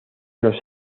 los